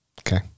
okay